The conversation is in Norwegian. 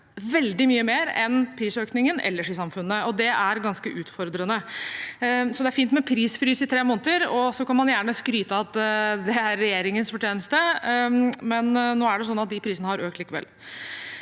veldig mye mer enn prisøkningen ellers i samfunnet, og det er ganske utfordrende. Det er fint med prisfrys i tre måneder – og så kan man gjerne skryte av at det er regjeringens fortjeneste – men nå er det slik at de prisene har økt likevel.